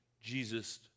Jesus